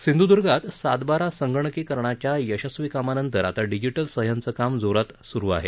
सिंधूद्र्गात सातबारा संगणकीकरणाच्या यशस्वी कामानंतर आता डिजिटल सह्यांचं काम वेगात सूरू आहे